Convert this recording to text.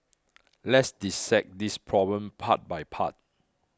let's dissect this problem part by part